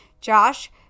Josh